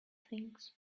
things